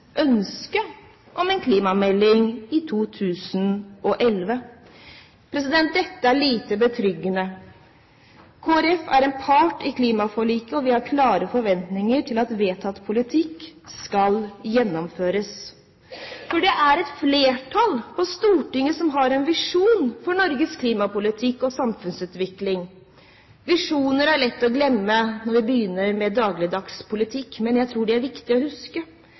ønske om en klimamelding i 2011. Dette er lite betryggende. Kristelig Folkeparti er part i klimaforliket. Vi har klare forventninger til at vedtatt politikk skal gjennomføres, for det er et flertall på Stortinget som har en visjon for Norges klimapolitikk og samfunnsutvikling. Visjoner er lett å glemme når vi begynner med dagligdags politikk, men jeg tror det er viktig å huske